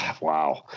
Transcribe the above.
wow